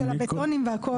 של הבטונים ושל הכל.